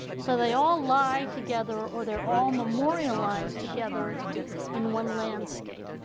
so, they all lie together or they're all memorialized together in one landscape.